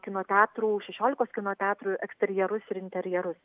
kino teatrų šešiolikos kino teatrų eksterjerus ir interjerus